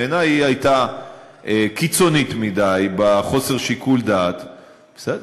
בעיני היא הייתה קיצונית מדי בחוסר שיקול הדעת ------ בסדר,